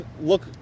look